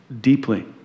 deeply